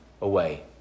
away